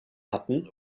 hatten